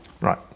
Right